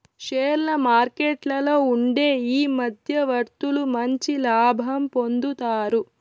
షేర్ల మార్కెట్లలో ఉండే ఈ మధ్యవర్తులు మంచి లాభం పొందుతారు